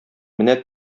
менә